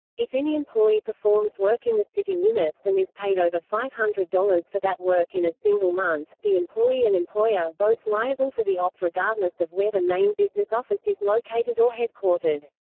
if any employee performs work in the city limits and is paid over five hundred dollars for that work in a single month, the employee and employer are both liable for the opt regardless of where the main business office is located or headquartered.